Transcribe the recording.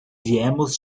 viemos